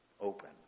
open